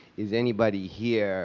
is anybody here